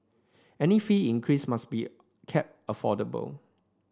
any fee increase must be kept affordable